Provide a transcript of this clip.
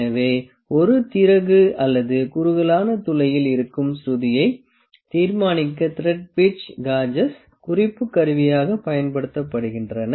எனவே ஒரு திருகு அல்லது குறுகலான துளையில் இருக்கும் சுருதியை தீர்மானிக்க த்ரெட் பிட்ச் காஜஸ் குறிப்பு கருவியாகப் பயன்படுத்தப்படுகின்றன